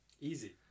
Easy